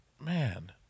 Man